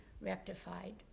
rectified